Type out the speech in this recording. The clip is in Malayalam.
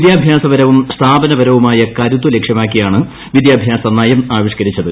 വിദ്യാഭ്യാസപരവും സ്ഥാപനപരവുമായ കരുത്ത് ലക്ഷ്യമാക്കിയാണ് വിദ്യാഭ്യാസ നയം ആവിഷ്കരിച്ചത്